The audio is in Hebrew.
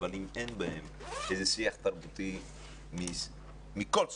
אבל אם אין בהם איזה שיח תרבותי מכל סוג,